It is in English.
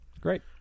Great